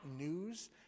news